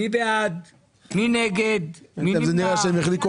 אם כבר השקענו